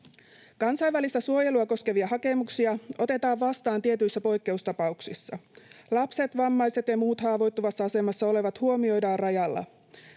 Kansainvälistä suojelua koskevia hakemuksia otetaan vastaan tietyissä poikkeustapauksissa. Lapset, vammaiset ja muut haavoittuvassa asemassa olevat huomioidaan rajalla.